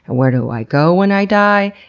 ah where do i go when i die,